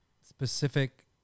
specific